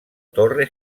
torre